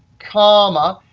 comma,